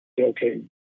Okay